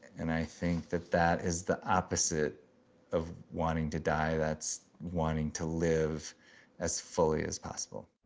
and i think that that is the opposite of wanting to die. that's wanting to live as fully as possible.